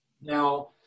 Now